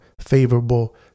favorable